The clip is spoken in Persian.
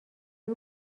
اون